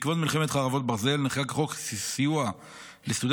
בעקבות מלחמת חרבות ברזל נחקק חוק סיוע לסטודנטים